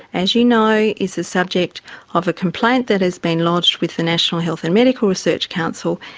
as you know, is the subject of a complaint that has been lodged with the national health and medical research council.